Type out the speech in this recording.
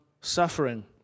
suffering